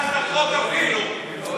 החוק, אפילו.